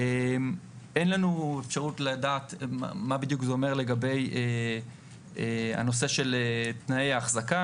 אין לנו אפשרות לדעת מה בדיוק זה אומר לגבי הנושא של תנאי האחזקה,